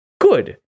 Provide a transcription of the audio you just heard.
Good